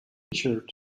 richard